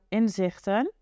inzichten